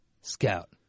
Scout